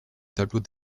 tableau